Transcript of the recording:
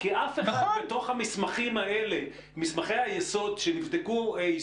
-- כי אף אחד בתוך המסמכים האלה מסמכי היסוד שיישומם